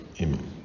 Amen